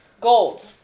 Gold